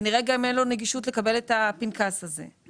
כנראה גם אין לו נגישות לקבל את הפנקס הזה.